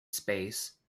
space